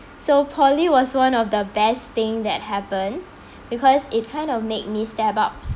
so poly was one of the best thing that happen because it kind of made me step out